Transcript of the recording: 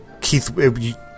Keith